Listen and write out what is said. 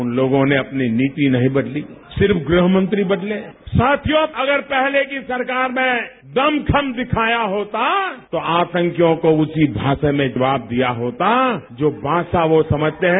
उन लोगों ने अपनी नीति नहीं बदली सिर्फ गृहमंत्री बदले साथियों अगर पहले की सरकार ने दमखम दिखाया होता तो आतंकियों को उसी भाषा में जवाब दिया होता जो भाषा वो समझते हैं